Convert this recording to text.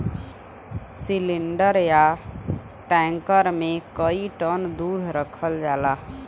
cylinder या tanker मे कई टन दूध रखल जाला